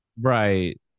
right